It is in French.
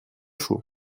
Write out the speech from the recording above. chaud